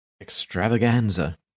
extravaganza